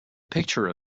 picture